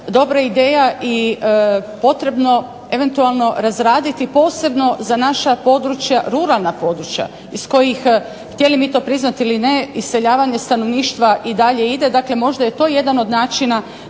dobra ideja i potrebno eventualno razraditi posebno za naša područja, ruralna područja iz kojih, htjeli mi to priznati ili ne, iseljavanje stanovništva i dalje ide. Dakle, možda je to jedan od načina